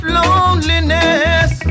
loneliness